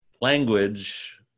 language